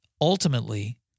Ultimately